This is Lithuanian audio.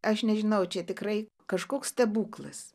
aš nežinau čia tikrai kažkoks stebuklas